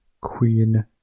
queen